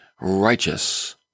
righteous